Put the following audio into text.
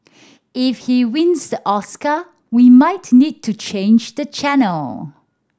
if he wins the Oscar we might need to change the channel